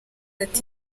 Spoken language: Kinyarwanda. ati